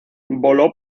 voló